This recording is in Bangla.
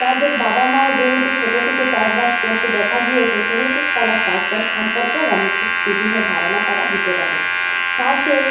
তাদের বাবা মা যেহেতু ছোটো থেকে চাষবাস করতে দেখা গিয়েছে সেহেতু তারা চাষবাস সম্পর্কেও অনেক কিছু বিভিন্ন ধারণা তারা দিতে পারে চাষের